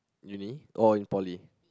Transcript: uni or in poly